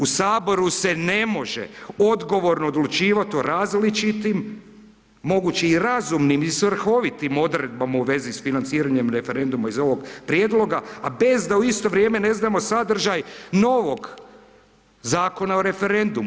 U HS se ne može odgovorno odlučivati o različitim, moguće i razumnim i svrhovitim odredbama u svezi s financiranjem referenduma iz ovog prijedloga, a bez da u isto vrijeme ne znamo sadržaj novog Zakona o referendumu.